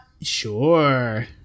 Sure